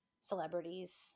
celebrities